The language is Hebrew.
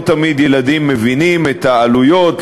לא תמיד ילדים מבינים את העלויות,